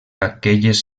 aquelles